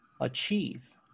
achieve